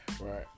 Right